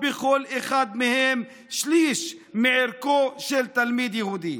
בכל אחד מהם שליש מערכו של תלמיד יהודי.